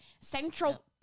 Central